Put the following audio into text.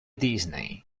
disney